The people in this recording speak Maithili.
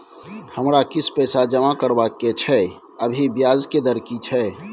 हमरा किछ पैसा जमा करबा के छै, अभी ब्याज के दर की छै?